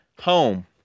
home